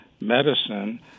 medicine